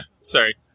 Sorry